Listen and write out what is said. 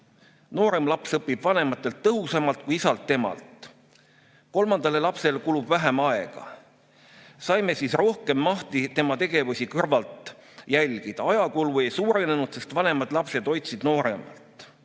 Noorem laps õpib vanematelt tõhusamalt kui isalt-emalt. Kolmandale lapsele kulub vähem aega. Saime siis rohkem mahti tema tegevusi kõrvalt jälgida. Ajakulu ei suurenenud, sest vanemad lapsed hoidsid nooremat.